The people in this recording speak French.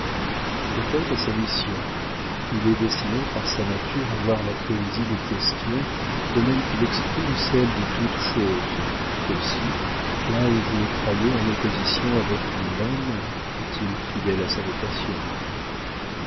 le poëte a sa mission il est destiné par sa nature à voir la poésie des questions de même qu'il exprime celle de toute chose aussi là où vous le croyez en opposition avec lui-même est-il fidèle à sa vocation